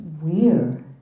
weird